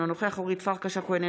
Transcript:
אינו נוכח אורית פרקש הכהן,